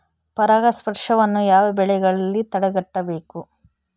ಪರಾಗಸ್ಪರ್ಶವನ್ನು ಯಾವ ಬೆಳೆಗಳಲ್ಲಿ ತಡೆಗಟ್ಟಬೇಕು?